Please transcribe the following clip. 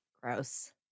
Gross